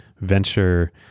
venture